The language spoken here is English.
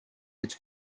its